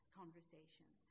conversation